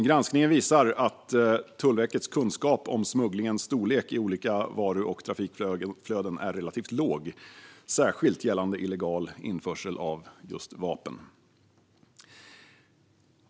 Granskningen visar dock att Tullverkets kunskap om smugglingens storlek i olika varu och trafikflöden är relativt låg, särskilt gällande illegal införsel av vapen.